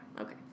okay